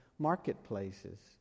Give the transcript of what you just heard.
Marketplaces